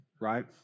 right